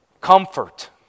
comfort